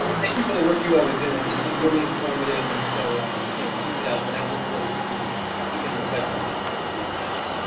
um thank you for the work you all are doing. this is really informative. and so um you know keep it up. and i'll look forward to you know keeping in touch on ah on these issues.